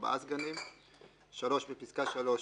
ארבעה סגנים,"; (3)בפסקה (3),